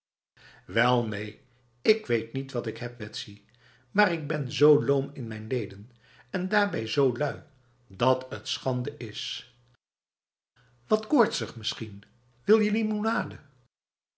wel neen ik weet niet wat ik heb bets maar ik ben zo loom in mijn leden en daarbij zo lui dat het schande is wat koortsig misschien wil je